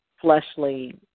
fleshly